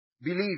Believe